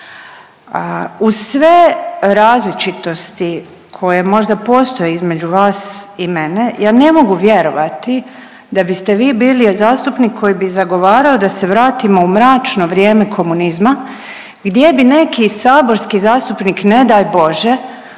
Uz sve različitosti koje možda postoje između vas i mene, ja ne mogu vjerovati da biste vi bili zastupnik koji bi zagovarao da se vratimo u mračno vrijeme komunizma gdje bi neki saborski zastupnik, ne daj Bože,